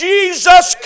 Jesus